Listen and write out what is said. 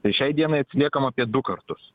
tai šiai dienai atsiliekam apie du kartus